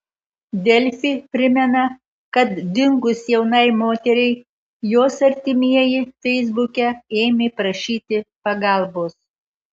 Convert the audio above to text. delfi primena kad dingus jaunai moteriai jos artimieji feisbuke ėmė prašyti pagalbos